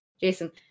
Jason